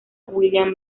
william